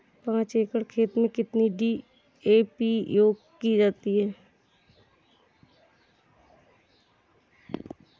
पाँच एकड़ खेत में कितनी डी.ए.पी उपयोग की जाती है?